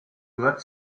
gehört